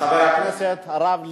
חבר הכנסת הרב ליצמן,